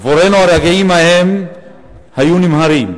עבורנו הרגעים ההם היו נמהרים,